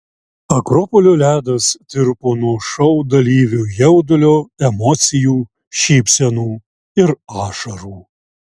akropolio ledas tirpo nuo šou dalyvių jaudulio emocijų šypsenų ir ašarų